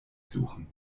suchen